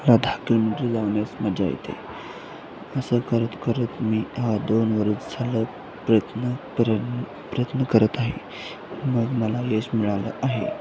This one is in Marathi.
मला दहा किलोमीटर जाऊनच मजा येते असं करत करत मी हा दोन वर्षं झालं प्रयत्न प्रय प्रयत्न करत आहे मग मला यश मिळालं आहे